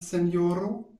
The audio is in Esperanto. sinjoro